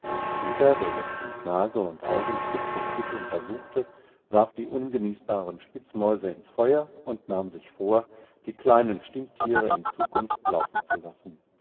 peter der jetzt mit nase und augen stück für stück untersuchte warf die ungenießbaren spitzmäuse ins feuer und nahm sich vor die kleinen stinktiere in zukunft laufen zu lassen